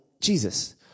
Jesus